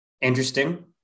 Interesting